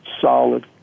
solid